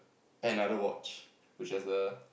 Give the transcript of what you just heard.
another watch which has the